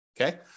Okay